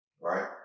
right